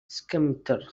scimitar